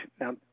Now